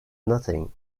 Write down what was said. nothing